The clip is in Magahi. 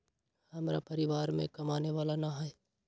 हमरा परिवार में कमाने वाला ना है?